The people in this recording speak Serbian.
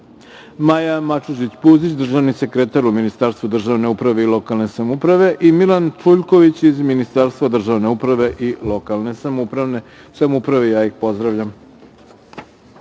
Maja Mačužić Puzić, državni sekretar u Ministarstvu državne uprave i lokalne samouprave, i Milan Čuljković iz Ministarstva državne uprave i lokalne samouprave. Pozdravljam